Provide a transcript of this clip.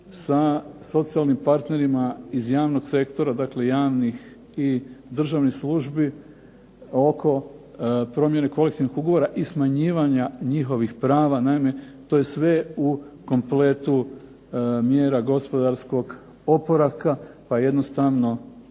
sa socijalnim partnerima iz javnog sektora, dakle javnih i državnih službi oko promjene kolektivnog ugovora i smanjivanja njihovih prava. Naime, to je sve u kompletu mjera gospodarskog oporavka pa jednostavno